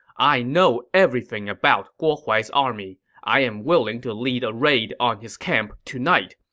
i know everything about guo huai's army. i am willing to lead a raid on his camp tonight.